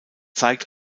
zeigt